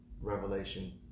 revelation